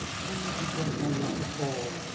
hangs above one like a pall.